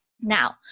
Now